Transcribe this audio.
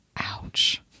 Ouch